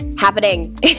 happening